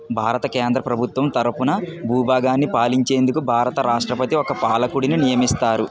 భారత కేంద్ర ప్రభుత్వం తరపున భూభాగాన్ని పాలించేందుకు భారత రాష్ట్రపతి ఒక పాలకుడిని నియమిస్తారు